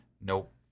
Nope